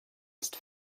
ist